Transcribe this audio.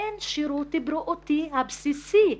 אין שירות בריאותי בסיסי,